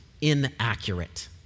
inaccurate